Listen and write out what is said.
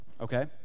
okay